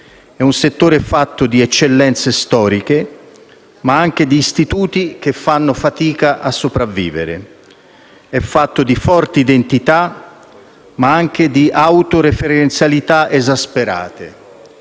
di un settore fatto di eccellenze storiche, ma anche di istituti che fanno fatica a sopravvivere; è fatto di forti identità, ma anche di autoreferenzialità esasperate;